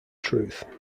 truth